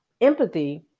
empathy